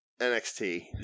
NXT